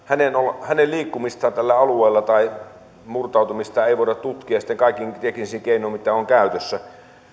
hänen hänen liikkumistaan tai murtautumistaan sillä alueella ei voida tutkia kaikin teknisin keinoin mitkä ovat käytössä